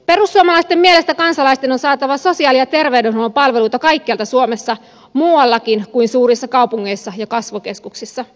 perussuomalaisten mielestä kansalaisten on saatava sosiaali ja terveydenhuollon palveluita kaikkialla suomessa muuallakin kuin suurissa kaupungeissa ja kasvukeskuksissa